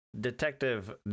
Detective